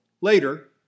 later